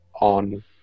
on